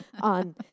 on